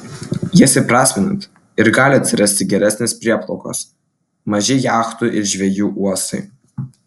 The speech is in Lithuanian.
jas įprasminant ir gali atsirasti geresnės prieplaukos maži jachtų ir žvejų uostai